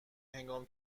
هنگام